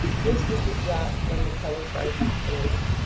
just as it dropped from the color-sergeant s hand.